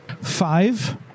Five